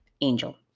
Angel